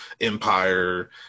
Empire